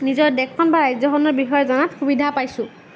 নিজৰ দেশখন বা ৰাজ্যখনৰ বিষয়ে জনাত সুবিধা পাইছোঁ